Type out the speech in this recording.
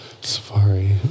Safari